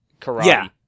karate